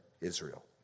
Israel